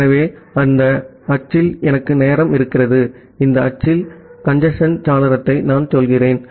ஆகவே இந்த அச்சில் எனக்கு நேரம் இருக்கிறது இந்த அச்சில் கஞ்சேஸ்ன் சாளரத்தை நான் சொல்கிறேன்